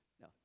no